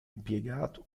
impiegato